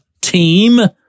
team